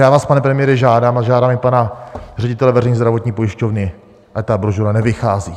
Já vás, pane premiére, žádám, a žádám i pana ředitele veřejné zdravotní pojišťovny, ať ta brožura nevychází.